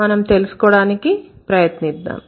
మనం తెలుసుకోడానికి ప్రయత్నిద్దాము